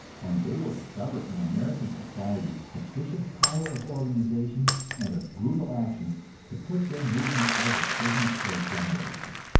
and they will discover in american society sufficient power of organization and of brutal action to put their movement out of business for a generation.